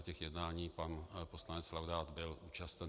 Těchto jednání pan poslanec Laudát byl účasten.